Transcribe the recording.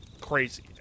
crazy